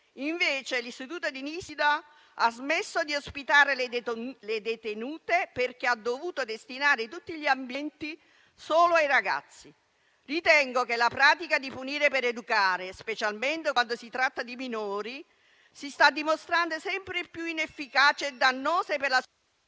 terra. L'Istituto di Nisida, invece, ha smesso di ospitare le detenute perché ha dovuto destinare tutti gli ambienti solo ai ragazzi. Ritengo che la pratica di punire per educare, specialmente quando si tratta di minori, si sta dimostrando sempre più inefficace e dannosa... *(Il